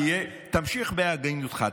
תמשיך בהגינותך.